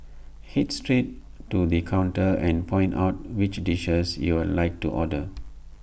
Head straight to the counter and point out which dishes you'd like to order